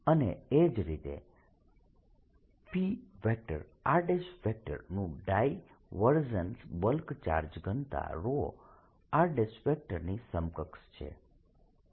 અને એ જ રીતે p r નું ડાયવર્જન્સ બલ્ક ચાર્જ ઘનતા ρr ની સમકક્ષ છે